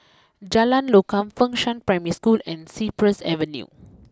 Jalan Lokam Fengshan Primary School and Cypress Avenue